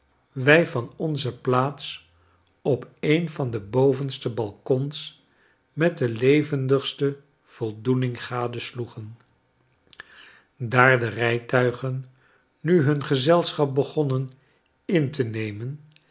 wij van onze plaats op een van de bovenste balkons met de levendigste voldoening gadesloegen daar de rijtuigen nu hun gezelschap begonnen in te nemen